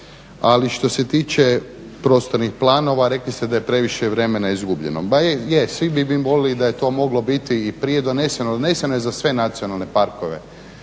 Ali što se tiče prostornih planova rekli ste da je previše vremena izgubljeno. Ma je, svi bi mi voljeli da je to moglo biti i prije doneseno. Doneseno je za sve nacionalne parkove.